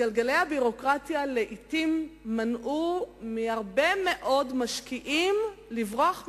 גלגלי הביורוקרטיה גרמו לעתים להרבה מאוד משקיעים לברוח מהארץ.